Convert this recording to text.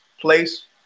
place